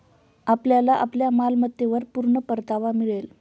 आपल्याला आपल्या मालमत्तेवर पूर्ण परतावा मिळेल